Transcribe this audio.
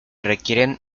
requieren